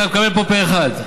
אתה מקבל פה אחד.